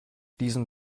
diesen